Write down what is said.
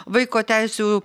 vaiko teisių